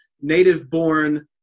native-born